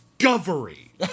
Discovery